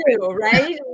right